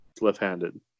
left-handed